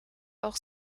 auch